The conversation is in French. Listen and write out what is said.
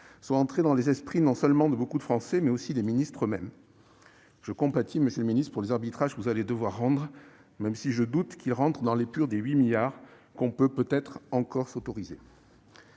soit entrée dans les esprits, non seulement de beaucoup de Français, mais aussi des ministres eux-mêmes. Je compatis, monsieur le ministre, à l'idée des arbitrages que vous allez devoir rendre, même si je doute qu'ils entrent dans l'épure des 8 milliards d'euros que nous pouvons peut-être encore nous autoriser.